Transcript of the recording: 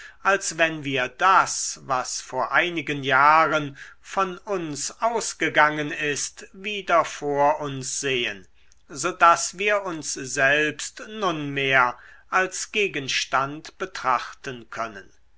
als wenn wir das was vor einigen jahren von uns ausgegangen ist wieder vor uns sehen so daß wir uns selbst nunmehr als gegenstand betrachten können